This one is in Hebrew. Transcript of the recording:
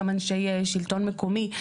גם אנשי שלטון מקומי.